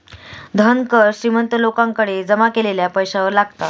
धन कर श्रीमंत लोकांकडे जमा केलेल्या पैशावर लागता